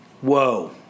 Whoa